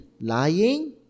lying